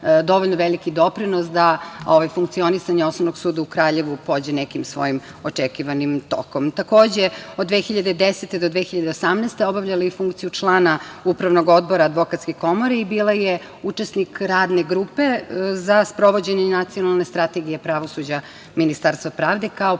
dovoljno veliki doprinos da funkcionisanje Osnovog suda u Kraljevu pođe nekim svojim očekivanim tokom. Takođe, od 2010. do 2018. godine obavljali funkciju člana Upravnog odbora Advokatske komore i bila je učesnik Radne grupe za sprovođenje i nacionalne strategije pravosuđa Ministarstva pravde kao